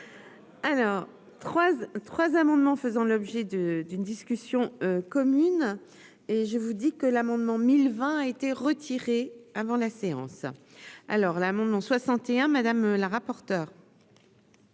alors 3 E trois amendements faisant l'objet de d'une discussion commune et je vous dis que l'amendement 1020, a été retiré avant la séance, alors là, mon nom 61 madame la rapporteure.